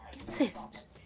Insist